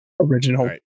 original